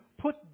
put